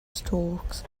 storks